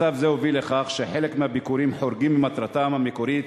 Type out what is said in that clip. מצב זה הוביל לכך שחלק מהביקורים חורגים ממטרתם המקורית,